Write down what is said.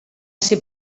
ser